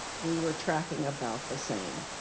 we were tracking about the same.